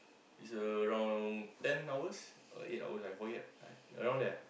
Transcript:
it's around ten hours or eight hours I forget uh around there ah